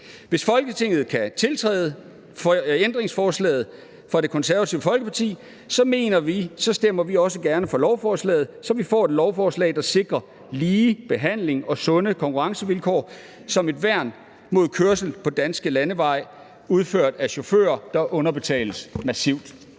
Hvis Folketinget kan tiltræde ændringsforslaget fra Det Konservative Folkeparti, stemmer vi også gerne for lovforslaget, så vi får et lovforslag, der sikrer lige behandling og sunde konkurrencevilkår som et værn mod kørsel på danske landeveje udført af chauffører, der underbetales massivt.